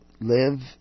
live